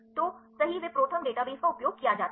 तो सही वे ProTherm डेटाबेस का उपयोग किया जाता है